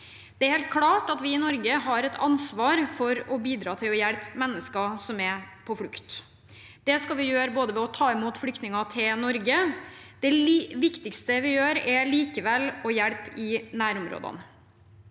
Det er helt klart at vi i Norge har et ansvar for å bidra til å hjelpe mennesker som er på flukt. Det skal vi gjøre ved å ta imot flyktninger til Norge, men det viktigste vi gjør, er likevel å hjelpe i nærområdene.